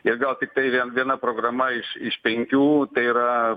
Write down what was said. ir gal tiktai viena programa iš iš penkių tai yra